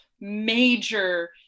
major